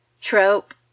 trope